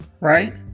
right